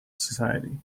society